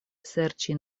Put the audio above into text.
serĉi